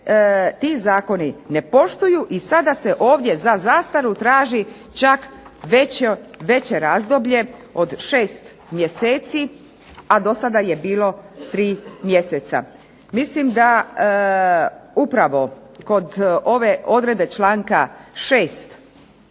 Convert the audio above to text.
ti zakoni ne poštuju i sada se ovdje za zastaru traži čak veće razdoblje od šest mjeseci, a do sada je bilo tri mjeseca. Mislim da upravo kod ove odredbe članka šest